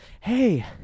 Hey